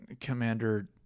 Commander